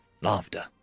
laughter